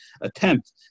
attempt